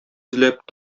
эзләп